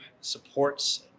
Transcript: supports